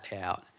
out